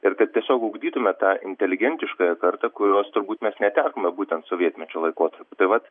ir kad tiesiog ugdytume tą inteligentiškąją karta kurios turbūt mes netekome būtent sovietmečio laikotarpiu tai vat